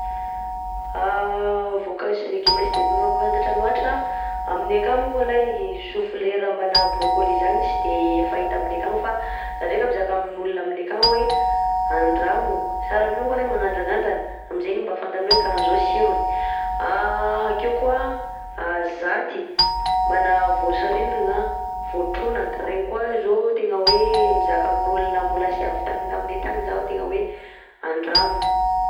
Vaonkazo sy légumes tsy de be mpafantatra loatra amineh akagny moko alay chou-fleur mbana brocolis zany tsy de fahita amineh akagny fa zah ndreka mizaka amin'olo amineh akagny hoe andramo sara mi moko alay magnandragnandrana aminjegny mba fantanao hoe karanjany tsirony, akeo koà zaty mbana vaotsirindrigna, vaotronaka regny koà zao tegna hoe mizaka amin'olo mbola tsy avy tagny taminineh tagny zaho tegna hoe andramo.